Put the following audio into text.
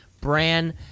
Brand